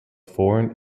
foreign